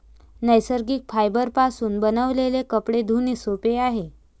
नैसर्गिक फायबरपासून बनविलेले कपडे धुणे सोपे आहे